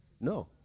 No